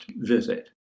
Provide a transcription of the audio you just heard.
visit